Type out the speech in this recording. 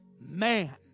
man